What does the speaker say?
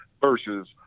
versus